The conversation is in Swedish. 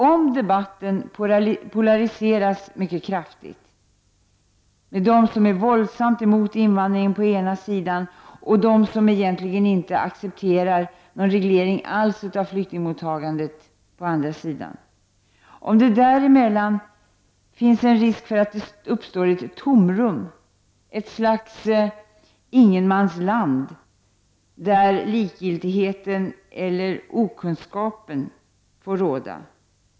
Om debatten polariseras mycket kraftigt mellan dem som är våldsamt emot invandringen på ena sidan och dem som egentligen inte accepterar någon reglering alls av flyktingmottagandet på den andra sidan, finns det en risk för att det däremellan uppstår ett tomrum, ett slags ingenmansland där likgiltigheten eller okunnigheten får råda.